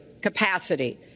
capacity